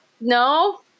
No